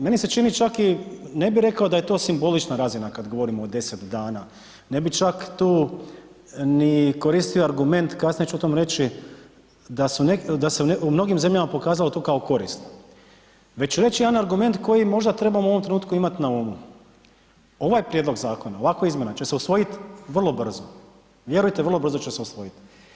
Meni se čini čak i, ne bi rekao da je to simbolična razina kad govorimo o deset dana, ne bi čak tu ni koristio argument, kasnije ću o tom reći, da se u mnogim zemljama pokazalo to kao korisno, već reći jedan argument koji možda trebamo u ovom trenutku imati na umu, ovaj Prijedlog zakona, ovakva izmjena će se usvojit vrlo brzo, vjerujte vrlo brzo će se usvojit.